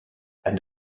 and